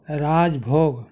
راج بھوگ